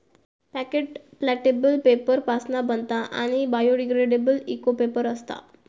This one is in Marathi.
पॅकेट प्लॅटेबल पेपर पासना बनता आणि बायोडिग्रेडेबल इको पेपर असता